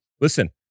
Listen